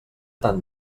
tan